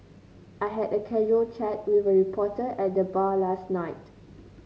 I had a casual chat with a reporter at the bar last night